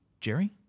Jerry